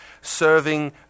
serving